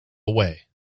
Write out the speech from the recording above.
away